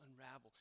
unravel